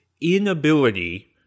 inability